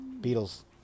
Beatles